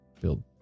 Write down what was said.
build